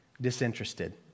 disinterested